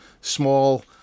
small